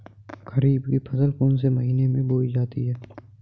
खरीफ की फसल कौन से महीने में बोई जाती है?